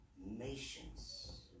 nations